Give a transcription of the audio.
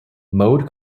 mode